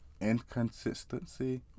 inconsistency